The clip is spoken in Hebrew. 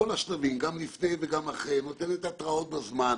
בכל השלבים, לפני ואחרי, נותנת התראות בזמן.